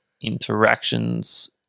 interactions